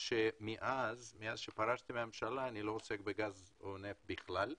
מאז שפרשתי מהממשלה אני לא עוסק בגז או נפט בכלל,